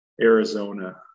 Arizona